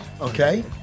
Okay